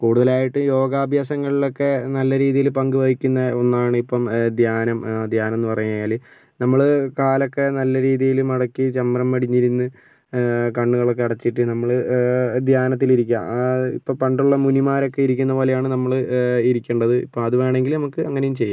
കൂടുതലായിട്ട് യോഗ അഭ്യാസങ്ങളിലൊക്കെ നല്ല രീതിയില് പങ്കുവഹിക്കുന്ന ഒന്നാണിപ്പം ധ്യാനം ധ്യാനം എന്ന് പറഞ്ഞു കഴിഞ്ഞാല് നമ്മള് കാലൊക്കെ നല്ല രീതിയില് മടക്കി ചമ്രം പടിഞ്ഞിരുന്ന് കണ്ണുകളൊക്കെ അടച്ചിട്ട് നമ്മള് ധ്യാനത്തിലിരിക്കുക ഇപ്പോൾ പണ്ടുള്ള മുനിമാരൊക്കെ ഇരിക്കുന്ന പോലെയാണ് നമ്മള് ഇരിക്കേണ്ടത് ഇപ്പോൾ അതുവേണമെങ്കില് നമുക്ക് അങ്ങനേയും ചെയ്യാം